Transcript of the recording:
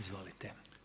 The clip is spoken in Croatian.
Izvolite.